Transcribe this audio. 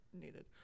needed